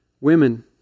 women